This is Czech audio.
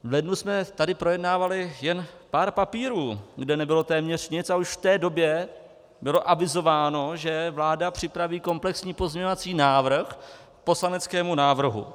V lednu jsme tady projednávali jen pár papírů, kde nebylo téměř nic, a už v té době bylo avizováno, že vláda připraví komplexní pozměňovací návrh k poslaneckému návrhu.